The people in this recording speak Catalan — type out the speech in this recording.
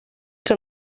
que